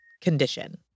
condition